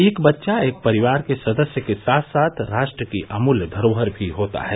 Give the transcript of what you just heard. एक बच्चा एक परिवार के सदस्य के साथ साथ राष्ट्र की अमूल्य धरोहर भी होता है